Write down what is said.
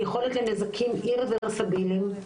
יכולת לנזקים אי-רברסיביליים,